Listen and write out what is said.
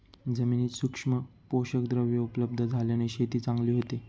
जमिनीत सूक्ष्म पोषकद्रव्ये उपलब्ध झाल्याने शेती चांगली होते